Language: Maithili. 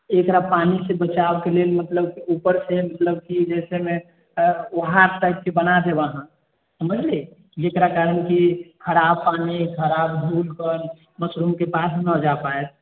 एकरा पानी सँ बचाव के लेल मतलब की ऊपर मे जाहिसे मे ऊघार टाइप के बना देब अहाँ समझली जेकरा कारन की खराब पानी ख़राब धूल कण मशरूम के पास न जाए पाएत